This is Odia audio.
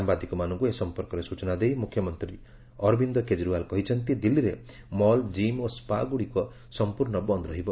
ସାମ୍ଘାଦିକମାନଙ୍କୁ ଏ ସମ୍ପର୍କରେ ସୂଚନା ଦେଇ ମୁଖ୍ୟମନ୍ତ୍ରୀ ଅରବିନ୍ଦ କେଜରିୱାଲ କହିଛନ୍ତି ଦିଲ୍ଲୀରେ ମଲ ଜିମ୍ ଓ ସ୍କା ଗୁଡ଼ିକ ସମ୍ପୂର୍ଣ୍ଣ ବନ୍ଦ ରହିବ